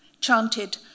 chanted